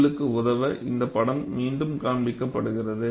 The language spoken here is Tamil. உங்களுக்கு உதவ இந்த படம் மீண்டும் காண்பிக்கப்படுகிறது